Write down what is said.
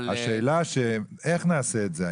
השאלה איך נעשה את זה,